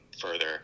further